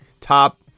top